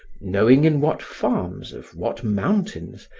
knowing in what farms of what mountains,